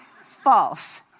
False